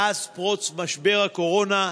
מאז פרוץ משבר הקורונה,